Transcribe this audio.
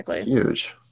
huge